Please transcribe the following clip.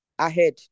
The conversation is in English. Ahead